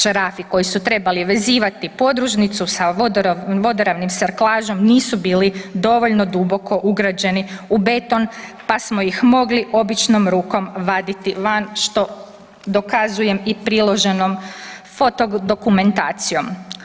Šarafi koji su trebali vezivati podružnicu sa vodoravnim sarklažom nisu bili dovoljno duboko ugrađeni u beton, pa smo ih mogli običnom rukom vaditi van, što dokazujem i priloženom fotodokumentacijom.